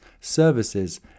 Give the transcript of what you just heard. services